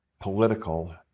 political